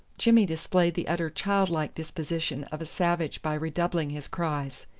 jimmy displayed the utter childlike disposition of a savage by redoubling his cries.